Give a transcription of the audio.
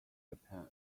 japan